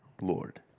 Lord